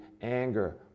anger